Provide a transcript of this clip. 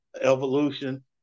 evolution